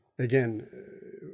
Again